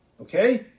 okay